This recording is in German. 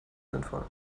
sinnvoll